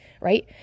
right